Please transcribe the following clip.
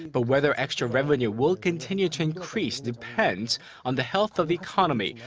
but whether extra revenue will continue to increase depends on the health of the economy.